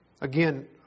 Again